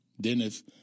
Dennis